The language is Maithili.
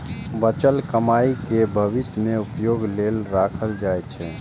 बचल कमाइ कें भविष्य मे उपयोग लेल राखल जाइ छै